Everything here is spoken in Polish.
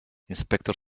inspektor